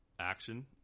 action